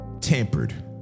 tampered